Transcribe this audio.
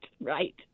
right